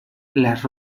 las